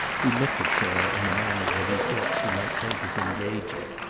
he looked at sarah in a manner that he thought she might take as engaging,